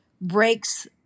breaks